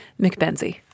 McBenzie